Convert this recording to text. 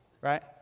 right